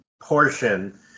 portion